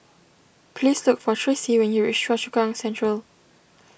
please look for Tracie when you reach Choa Chu Kang Central